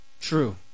true